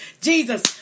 Jesus